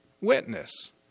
witness